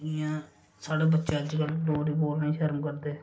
जि'यां साढ़े बच्चे अजकल डोगरी बोलने च शर्म करदे